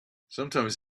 sometimes